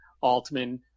Altman